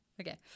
Okay